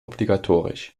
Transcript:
obligatorisch